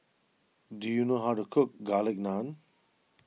do you know how to cook Garlic Naan